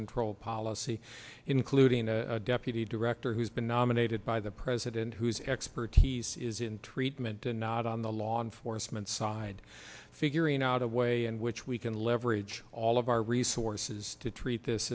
control policy including a deputy director who's been nominated by the president whose expertise is in treatment not on the law enforcement side figuring out a way in which we can leverage all of our resources to treat this